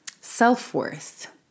self-worth